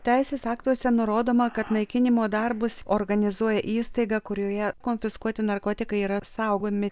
teisės aktuose nurodoma kad naikinimo darbus organizuoja įstaiga kurioje konfiskuoti narkotikai yra saugomi